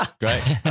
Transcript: Great